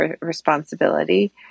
responsibility